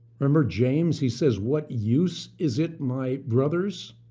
remember james, he says what use is it my brothers?